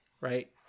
right